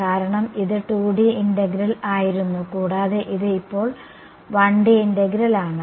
കാരണം ഇത് 2D integral ആയിരുന്നു കൂടാതെ ഇത് ഇപ്പോൾ 1D ഇന്റഗ്രൽ ആണ്